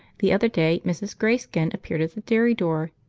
the other day mrs. greyskin appeared at the dairy door,